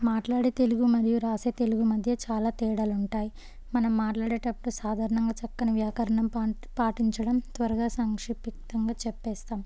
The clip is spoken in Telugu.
మాట్లాడే తెలుగు మరియు వ్రాసే తెలుగు మధ్య చాలా తేడాలు ఉంటాయి మనం మాట్లాడేటప్పుడు సాధారణంగా చక్కన వ్యాకరణం పా పాటించడం త్వరగా సక్షిప్తంగా చెప్పేస్తాము